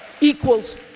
Equals